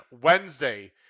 Wednesday